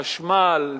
חשמל,